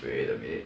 wait a minute